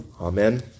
Amen